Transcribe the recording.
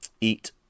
eat